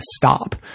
stop